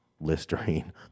listerine